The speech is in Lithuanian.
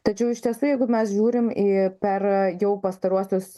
tačiau iš tiesų jeigu mes žiūrim į per jau pastaruosius